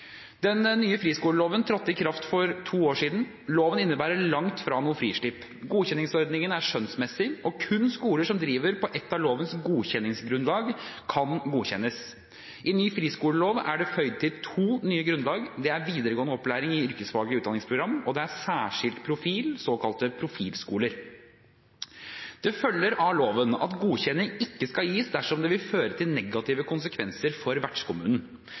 Den nye friskoleloven trådte i kraft for to år siden. Loven innebærer langt fra noe frislipp. Godkjenningsordningen er skjønnsmessig, og kun skoler som driver på et av lovens godkjenningsgrunnlag, kan godkjennes. I ny friskolelov er det føyd til to nye grunnlag. Det er videregående opplæring i yrkesfaglig utdanningsprogram, og det er særskilt profil, såkalte profilskoler. Det følger av loven at godkjenning ikke skal gis dersom det vil føre til negative konsekvenser for vertskommunen.